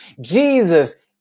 jesus